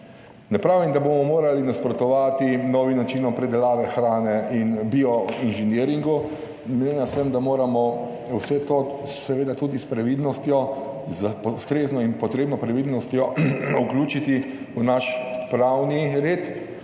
Ne pravim, da bomo morali nasprotovati novim načinom pridelave hrane in bio inženiringu. In mnenja sem, da moramo vse to seveda tudi s previdnostjo, z ustrezno in potrebno previdnostjo vključiti v naš pravni red